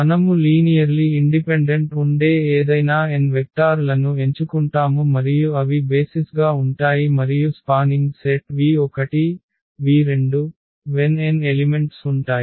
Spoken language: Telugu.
మనము లీనియర్లి ఇండిపెండెంట్ ఉండే ఏదైనా n వెక్టార్ లను ఎంచుకుంటాము మరియు అవి బేసిస్గా ఉంటాయి మరియు spanning set v1v2vn n elements ఉంటాయి